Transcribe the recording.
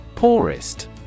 Poorest